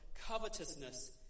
covetousness